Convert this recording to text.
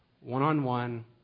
one-on-one